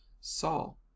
Saul